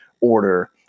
order